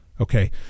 Okay